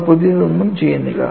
നമ്മൾ പുതിയതൊന്നും ചെയ്യുന്നില്ല